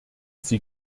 sie